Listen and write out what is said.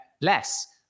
less